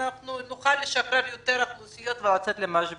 נוכל לשחרר יותר אוכלוסיות לצאת מן הבית.